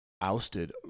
ousted